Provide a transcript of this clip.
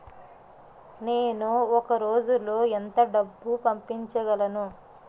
నేను ఒక రోజులో ఎంత డబ్బు పంపించగలను?